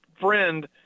friend